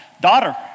daughter